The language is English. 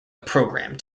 programme